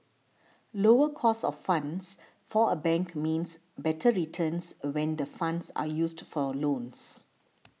lower cost of funds for a bank means better returns when the funds are used for loans